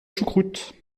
choucroute